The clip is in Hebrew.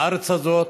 בארץ הזאת.